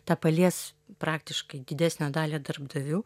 tą palies praktiškai didesnę dalį darbdavių